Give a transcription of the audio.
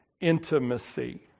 intimacy